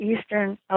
Eastern